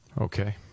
Okay